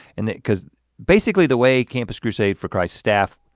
and that cause basically the way campus crusade for christ staff,